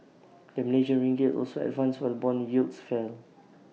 the Malaysian ringgit also advanced while Bond yields fell